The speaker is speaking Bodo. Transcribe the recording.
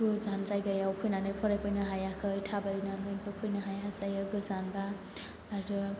गोजान जायगायाव फैनानै फरायफैनो हायाखै थाबायनानैबो फैनो हाया जायो गोजानबा आरो